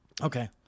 Okay